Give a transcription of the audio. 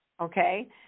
Okay